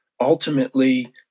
ultimately